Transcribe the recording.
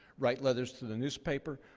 write letters to the newspaper,